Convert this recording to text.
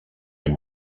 amb